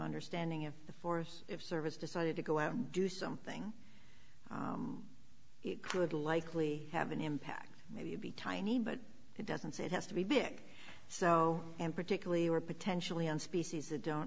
understanding of the forest service decided to go out and do something you would likely have an impact maybe tiny but it doesn't say it has to be big so and particularly we're potentially on species that don't